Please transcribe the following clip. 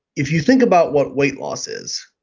if you think about what weight loss is,